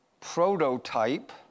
prototype